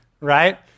right